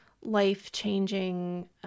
life-changing